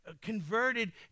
converted